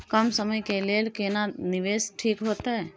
कम समय के लेल केना निवेश ठीक होते?